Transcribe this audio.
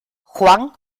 juan